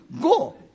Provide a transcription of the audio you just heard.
Go